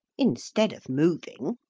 instead of moving,